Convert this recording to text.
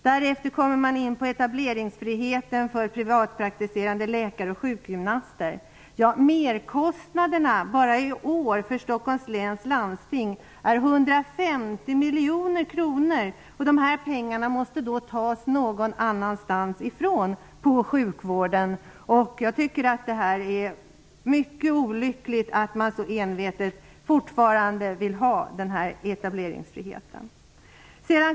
Sedan kommer man också in på frågan om etableringsfrihet för privatpraktiserande läkare och sjukgymnaster. Merkostnaderna bara i år för Dessa pengar måste man ta från något annat inom sjukvårdens område. Jag tycker att det är mycket olyckligt att man så envetet fortfarande vill ha denna etableringsfrihet.